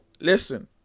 listen